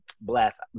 bless